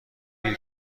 دیر